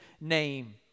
name